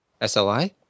SLI